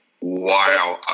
Wow